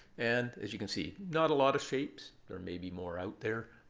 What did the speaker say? and as you can see, not a lot of shapes. there may be more out there.